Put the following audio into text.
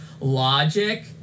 logic